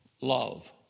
love